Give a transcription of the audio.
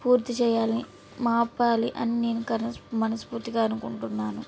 పూర్తి చేయాలి మాన్పాలి అన్నీ కలి మనస్ఫూర్తిగా అనుకుంటున్నారు